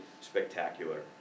spectacular